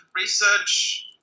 research